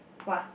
!wah!